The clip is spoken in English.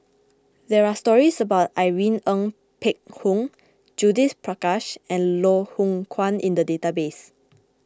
there are stories about Irene Ng Phek Hoong Judith Prakash and Loh Hoong Kwan in the database